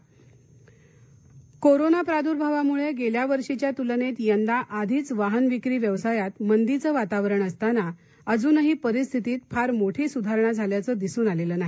वाहन विक्री कोरोना प्रादुर्भावामुळं गेल्या वर्षीच्या तुलनेत यंदा आधीच वाहन विक्री व्यवसायात मंदीचं वातावरण असताना अजूनही परिस्थितीत फार मोठी सुधारणा झाल्याचं दिसून आलेलं नाही